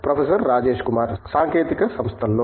professor Rajesh Kumar సాంకేతిక సంస్థలో